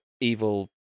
evil